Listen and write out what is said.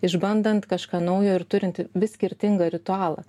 išbandant kažką naujo ir turint vis skirtingą ritualą